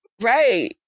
Right